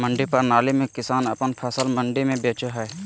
मंडी प्रणाली में किसान अपन फसल मंडी में बेचो हय